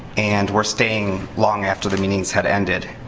and were staying long after the meetings had ended.